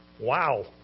Wow